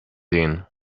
din